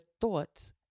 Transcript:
thoughts